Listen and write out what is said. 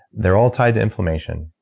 they're all tied to inflammation,